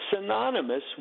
synonymous